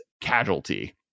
casualty